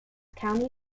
county